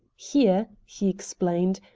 here, he explained,